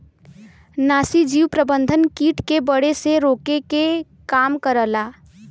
नाशीजीव प्रबंधन कीट के बढ़े से रोके के काम करला